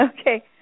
Okay